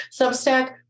Substack